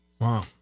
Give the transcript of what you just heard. Wow